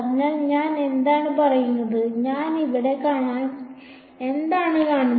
അതിനാൽ ഞാൻ എന്താണ് പറയുന്നത് ഞാൻ ഇവിടെ എന്താണ് കാണുന്നത്